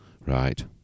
Right